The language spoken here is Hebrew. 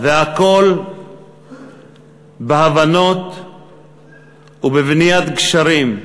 והכול בהבנות ובבניית גשרים.